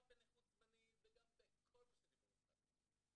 גם בנכות זמנית וגם בכל מה שדיברו כאן.